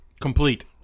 Complete